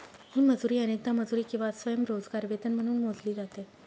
ही मजुरी अनेकदा मजुरी किंवा स्वयंरोजगार वेतन म्हणून मोजली जाते